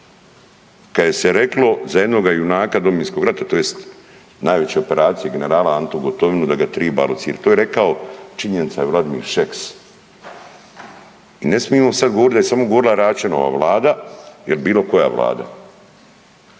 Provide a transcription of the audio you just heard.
Kad je se reklo za jednoga junaka Domovinskoga rata, tj. najveće operacije, generala Antu Gotovinu da ga triba locirati, to je rekao, činjenica je Vladimir Šeks. I ne smijemo sad govoriti da je govorila samo Račanova vlada il bilo koja vlada